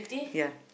ya